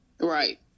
Right